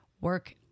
work